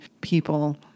people